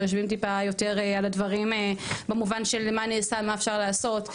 ויושבים טיפה יותר על הדברים במובן של מה נעשה ומה אפשר לעשות.